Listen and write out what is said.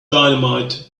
dynamite